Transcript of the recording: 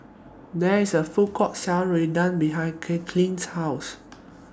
There IS A Food Court sell Rendang behind House